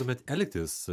tuomet elgtis